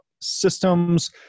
systems